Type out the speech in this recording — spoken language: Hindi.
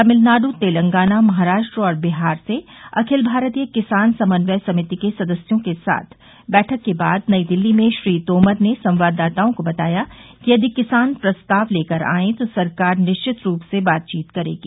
तमिलनाडु तेलंगाना महाराष्ट्र और बिहार से अखिल भारतीय किसान समन्वय समिति के सदस्यों के साथ बैठक के बाद नई दिल्ली में श्री तोमर ने संवाददाताओं को बताया कि यदि किसान प्रस्ताव लेकर आएं तो सरकार निश्चित रूप से बातचीत करेगी